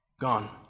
Gone